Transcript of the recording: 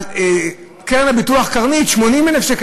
על הקרן לביטוח "קרנית" 80,000 שקל.